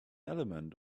element